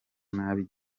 nabi